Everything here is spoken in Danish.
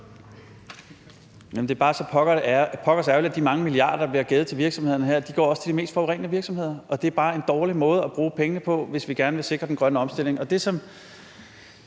det er bare så pokkers ærgerligt, at de mange milliarder, der bliver givet til virksomhederne her, også går til de mest forurenende virksomheder, og det er bare en dårlig måde at bruge pengene på, hvis vi gerne vil sikre den grønne omstilling.